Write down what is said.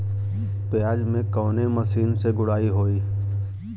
प्याज में कवने मशीन से गुड़ाई होई?